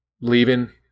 leaving